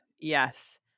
Yes